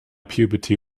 puberty